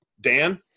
Dan